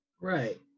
right